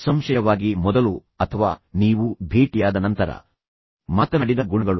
ನಿಸ್ಸಂಶಯವಾಗಿ ನಾನು ಮೊದಲು ಅಥವಾ ನೀವು ಭೇಟಿಯಾದ ನಂತರ ಮಾತನಾಡಿದ ಗುಣಗಳು